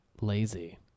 lazy